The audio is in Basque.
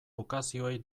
ukazioei